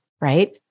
right